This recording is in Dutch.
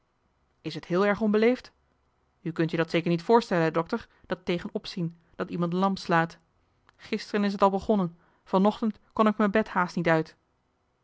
is het heel erg onbeleefd u kunt je dat zeker niet voorstellen hè dokter dat tegenopzien dat iemand lam slaat gisteren is het al begonnen van ochtend kon ik m'en bed haast niet uit